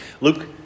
Luke